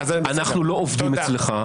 אנחנו לא עובדים אצלך,